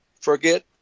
forget